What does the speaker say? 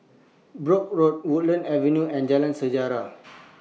Brooke Road Woodlands Avenue and Jalan Sejarah